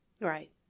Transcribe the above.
Right